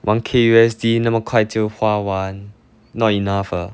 one K U_S_D 那么快就花完 not enough ah